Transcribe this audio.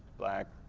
black